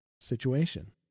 situation